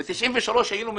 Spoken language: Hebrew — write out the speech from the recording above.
אם ב-1993 היינו פועלים,